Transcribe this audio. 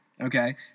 okay